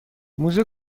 موزه